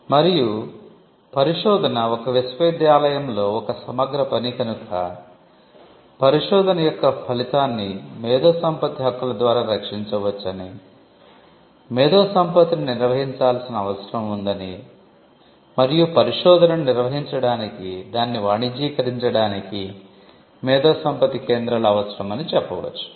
మరియు పరిశోధన ఒక విశ్వవిద్యాలయంలో ఒక సమగ్ర పని కనుక పరిశోధన యొక్క ఫలితాన్ని మేధోసంపత్తి హక్కుల ద్వారా రక్షించవచ్చని మేధోసంపత్తిని నిర్వహించాల్సిన అవసరం ఉందని మరియు పరిశోధనను నిర్వహించడానికి దానిని వాణిజ్యీకరించడానికి మేధోసంపత్తి కేంద్రాలు అవసరం అని చెప్పవచ్చు